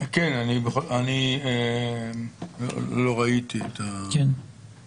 אני לא ראיתי את השידור.